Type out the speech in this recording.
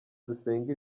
dusenga